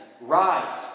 Rise